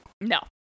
no